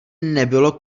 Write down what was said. nebylo